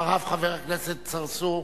אחריו, חבר הכנסת צרצור.